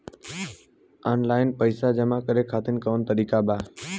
Online पइसा जमा करे खातिर कवन तरीका बा?